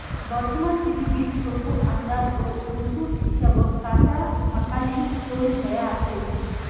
বর্তমান পৃথিবীত সৌগ আন্দাত ও ওষুধ হিসাবত কাঁচা আকালির চইল হয়া আছে